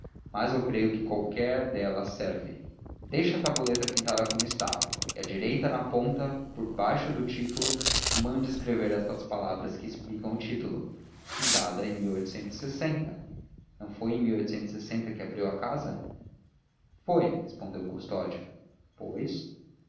mas eu creio que qualquer delas serve deixe a tabuleta pintada como está e à direita na ponta por baixo do título mande escrever estas palavras que explicam o título fundada em não foi em que abriu a casa foi respondeu custódio pois